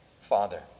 Father